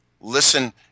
listen